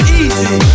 easy